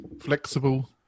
flexible